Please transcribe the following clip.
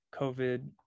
covid